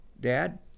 Dad